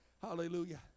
Hallelujah